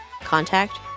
contact